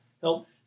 help